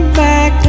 back